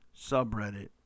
subreddit